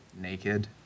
Naked